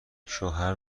شوهر